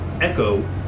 Echo